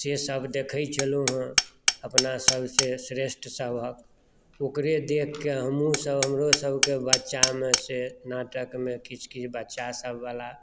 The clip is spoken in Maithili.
से सभ देखै छलहुँ हँ अपना सभसॅं श्रेष्ठ सभक ओकरे देखके हमहुँ सभ हमरो सभकेँ बच्चामे से नाटकमे किछु किछु बच्चा सभ वाला